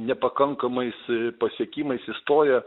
nepakankamais pasiekimais išstojo